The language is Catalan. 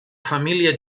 família